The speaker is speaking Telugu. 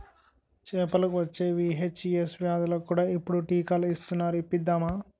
చేపలకు వచ్చే వీ.హెచ్.ఈ.ఎస్ వ్యాధులకు కూడా ఇప్పుడు టీకాలు ఇస్తునారు ఇప్పిద్దామా